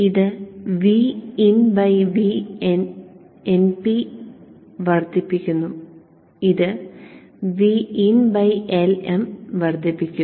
ഇത് Vin Np വർദ്ധിപ്പിക്കുന്നു ഇത് Vin Lm വർദ്ധിപ്പിക്കുന്നു